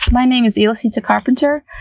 my name is ela-sita carpenter,